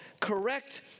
Correct